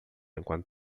enquanto